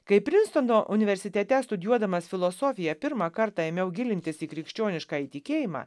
kai prinstono universitete studijuodamas filosofiją pirmą kartą ėmiau gilintis į krikščioniškąjį tikėjimą